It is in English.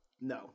No